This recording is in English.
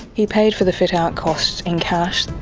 he paid for the fit-out costs in cash.